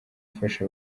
fasha